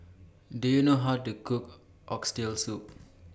Do YOU know How to Cook Oxtail Soup